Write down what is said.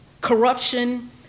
corruption